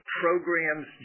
programs